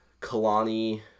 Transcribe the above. Kalani